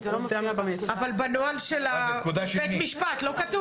אבל בנוהל של בית המשפט זה לא כתוב?